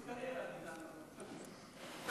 הם עושים קריירה, חזן,